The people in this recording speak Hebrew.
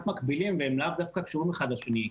מקבילים והם לאו דווקא קשורים אחד לשני.